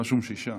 אצלי רשומים שישה.